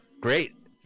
Great